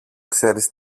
ξέρεις